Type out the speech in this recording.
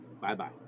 Bye-bye